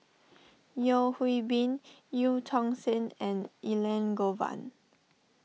Yeo Hwee Bin Eu Tong Sen and Elangovan